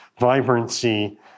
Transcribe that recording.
vibrancy